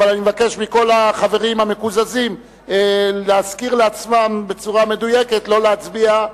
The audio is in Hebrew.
אבל אני מבקש מכל החברים המקוזזים להזכיר לעצמם בצורה מדויקת לא להצביע.